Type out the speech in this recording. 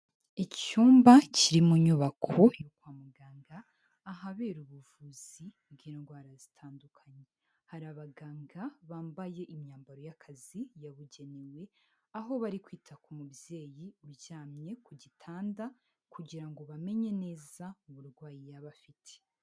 Icyumba kiri mu nyubako yo kwa muganga, ahabera ubuvuzi bw'indwara zitandukanye. Hari abaganga bambaye imyambaro y'akazi yabugenewe, aho bari kwita ku mubyeyi uryamye ku gitanda, kugira ngo bamenye neza uburwayi yaba afite.